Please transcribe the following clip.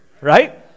Right